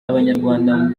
abanyarwanda